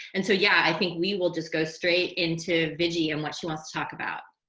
and so, yeah, i think we will just go straight into viji and what she wants to talk about.